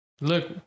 Look